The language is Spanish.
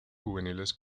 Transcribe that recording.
juveniles